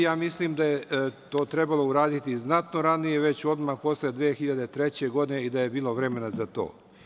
Ja mislim da je to trebalo uraditi znatno ranije, već odmah posle 2003. godine i da je bilo vremena za to.